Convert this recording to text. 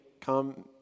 come